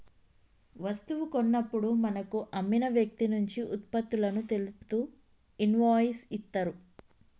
వస్తువు కొన్నప్పుడు మనకు అమ్మిన వ్యక్తినుంచి వుత్పత్తులను తెలుపుతూ ఇన్వాయిస్ ఇత్తరు